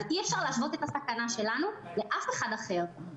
אבל אי-אפשר להשוות את הסכנה שלנו לאף אחד אחר.